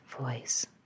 voice